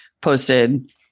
posted